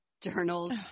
journals